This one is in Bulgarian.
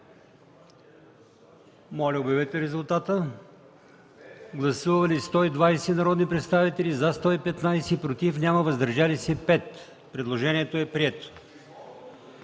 Моля, режим на гласуване. Гласували 119 народни представители: за 115, против няма, въздържали се 4. Предложението е прието.